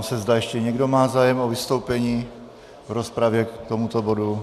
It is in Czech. Ptám se, zda ještě někdo má zájem o vystoupení v rozpravě k tomuto bodu.